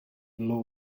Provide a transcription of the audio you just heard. law